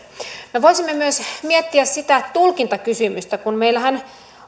me voisimme myös miettiä sitä tulkintakysymystä kun meillähän